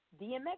DMX